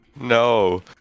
No